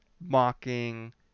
mocking